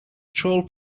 troll